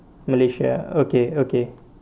malaysia okay okay